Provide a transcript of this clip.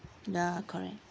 ya correct